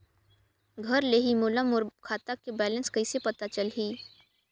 घर ले ही मोला मोर खाता के बैलेंस कइसे पता चलही?